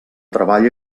treball